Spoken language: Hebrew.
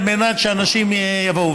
על מנת שאנשים יבואו.